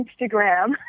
Instagram